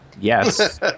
Yes